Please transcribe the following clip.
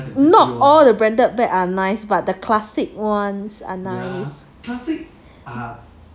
not all the branded bag are nice but the classic ones are nice